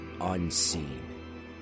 unseen